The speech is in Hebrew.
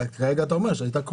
אתה אומר שהייתה קורונה,